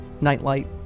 nightlight